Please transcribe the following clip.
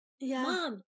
Mom